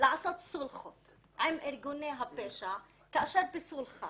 לעשות סולחות עם ארגוני הפשע כאשר בסולחה